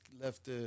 left